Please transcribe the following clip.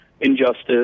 injustice